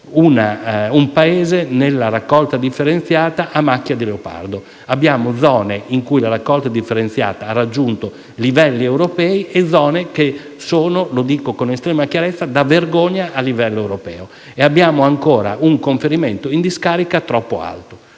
Il Paese, nella raccolta differenziata, si presenta ancora a macchia di leopardo. Abbiamo zone in cui la raccolta differenziata ha raggiunto livelli europei e zone - lo voglio dire con estrema chiarezza - che sono da vergogna a livello europeo. Abbiamo ancora un conferimento in discarica troppo alto,